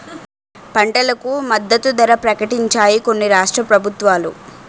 పంటలకు మద్దతు ధర ప్రకటించాయి కొన్ని రాష్ట్ర ప్రభుత్వాలు